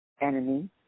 enemy